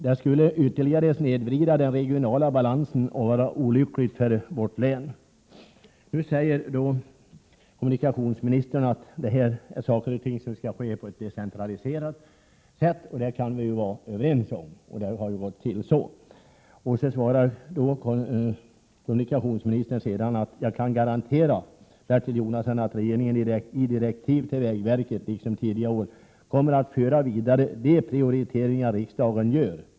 Det skulle ytterligare snedvrida den regionala balansen och vara olyckligt för vårt län. Nu säger kommunikationsministern att sådana här saker skall ske decentraliserat, och det kan vi vara överens om. Det har gått till så. Kommunikationsministern svarar sedan: ”Jag kan garantera Bertil Jonasson att regeringen i direktiv till vägverket — liksom tidigare år — kommer att föra vidare de prioriteringar riksdagen gör.